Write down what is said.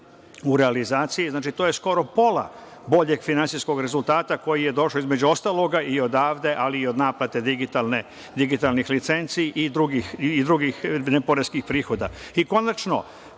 u realizaciji. Znači, to je skoro pola boljeg finansijskog rezultata koji je došao između ostalog i odavde, ali i od naplate digitalnih licenci i drugih ne poreskih prihoda. Konačno,